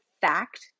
fact